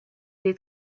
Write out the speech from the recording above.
les